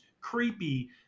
creepy